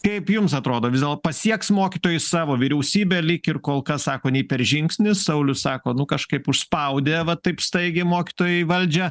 kaip jums atrodo vėl dėlto pasieks mokytojai savo vyriausybė lyg ir kol kas sako nei per žingsnį saulius sako nu kažkaip užspaudė va taip staigiai mokytojai valdžią